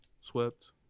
Swept